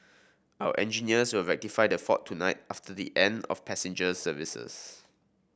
our engineers will rectify the fault tonight after the end of passenger services